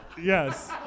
Yes